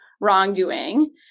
wrongdoing